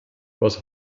was